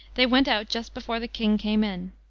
they went out just before the king came in.